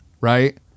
right